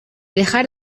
dejar